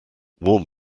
warm